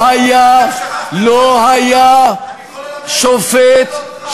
היה אומר את מה שאתה אומר?